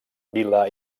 vila